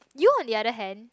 you're the other hand